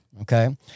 Okay